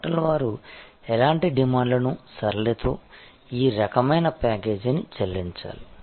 hotel వారు ఎలాంటి డిమాండ్లను సరళితో ఈ రకమైన ప్యాకేజీని చెల్లించాలి